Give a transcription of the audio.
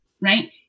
right